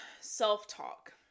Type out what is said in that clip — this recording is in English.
self-talk